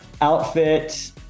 Outfit